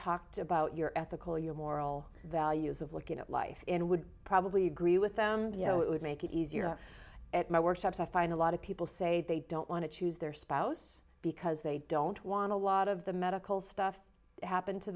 talked about your ethical your moral values of looking at life and would probably agree with them so it would make it easier at my workshops i find a lot of people say they don't want to choose their spouse because they don't want a lot of the medical stuff happen to